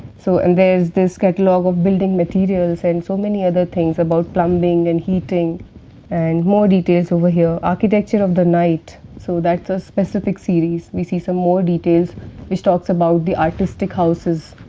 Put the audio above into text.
so and there is this catalogue of building materials and so many other things about plumbing and heating and more details over here. architecture of the night, so that is a specific series, we see some more details which talk about the artistic houses.